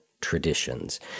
traditions